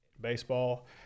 baseball